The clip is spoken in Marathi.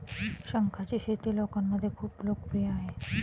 शंखांची शेती लोकांमध्ये खूप लोकप्रिय आहे